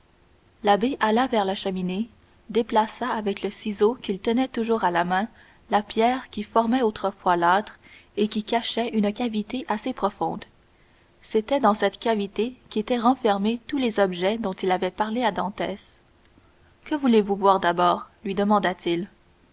l'abbé alla vers la cheminée déplaça avec le ciseau qu'il tenait toujours à la main la pierre qui formait autrefois l'âtre et qui cachait une cavité assez profonde c'était dans cette cavité qu'étaient renfermés tous les objets dont il avait parlé à dantès que voulez-vous voir d'abord lui demanda-t-il